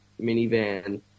Minivan